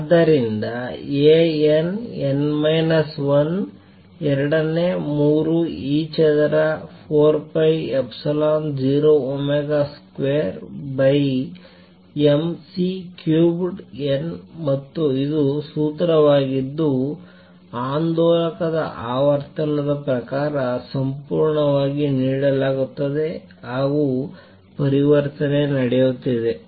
ಆದ್ದರಿಂದ A n n minus 1 2 ನೇ ಮೂರು e ಚದರ 4 pi epsilon 0 omega square by m C cubed n ಮತ್ತು ಇದು ಸೂತ್ರವಾಗಿದ್ದು ಆಂದೋಲಕದ ಆವರ್ತನದ ಪ್ರಕಾರ ಸಂಪೂರ್ಣವಾಗಿ ನೀಡಲಾಗುತ್ತದೆ ಹಾಗೂ ಪರಿವರ್ತನೆ ನಡೆಯುತ್ತಿದೆ